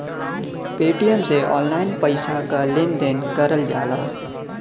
Paytm से online पइसा क लेन देन करल जाला